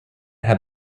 had